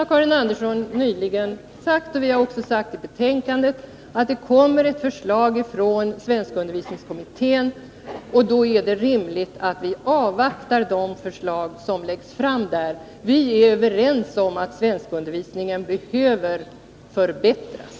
Karin Andersson har nyligen sagt att — och det står också i betänkandet — det kommer förslag från svenskundervisningskommittén. Då är det rimligt att vi avvaktar de förslag som läggs fram. Vi är överens om att svenskundervisningen behöver förbättras.